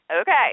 Okay